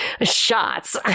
shots